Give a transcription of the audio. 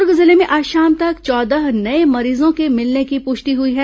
दुर्ग जिले में आज शाम तक चौदह नये मरीजों के मिलने की पुष्टि हुई है